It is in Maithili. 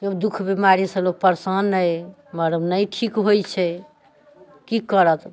दुःख बीमारीसँ लोक परेशान अहि मगर नहि ठीक होइ छै की करत